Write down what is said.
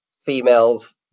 females